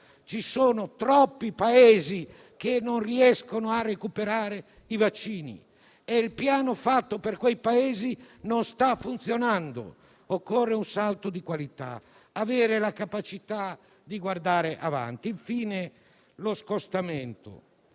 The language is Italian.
Ci sono troppi Paesi che non riescono a recuperare i vaccini e il piano fatto per quei Paesi non sta funzionando; occorre un salto di qualità e avere la capacità di guardare avanti. Infine, credo